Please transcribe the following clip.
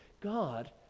God